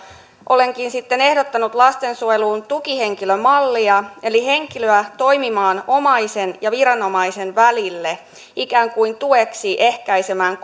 olenkin sitten ehdottanut lastensuojeluun tukihenkilömallia eli henkilöä toimimaan omaisen ja viranomaisen välille ikään kuin tueksi ehkäisemään